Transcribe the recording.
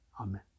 amen